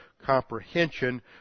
comprehension